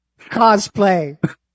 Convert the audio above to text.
cosplay